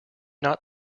not